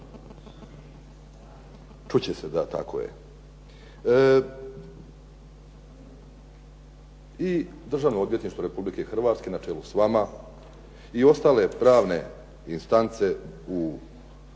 Čut će se, da tako je. I Državno odvjetništvo Republike Hrvatske na čelu sa vama i ostale pravne instance u